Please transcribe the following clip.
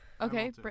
Okay